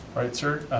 right sir,